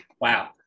Wow